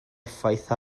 effaith